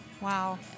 Wow